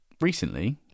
recently